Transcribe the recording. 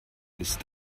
ist